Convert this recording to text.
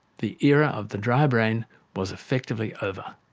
the era of the dry brain was effectively over.